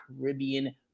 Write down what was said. Caribbean